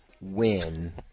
win